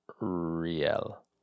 Real